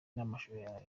namashusho